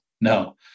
no